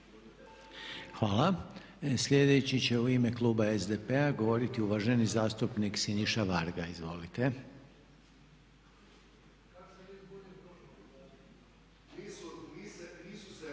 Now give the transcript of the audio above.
Hvala lijepa. Sada će u ime kluba SDP-a govoriti uvažena zastupnica Gordana Sobol. Izvolite.